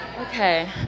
Okay